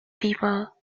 feeble